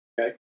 Okay